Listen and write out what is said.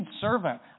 servant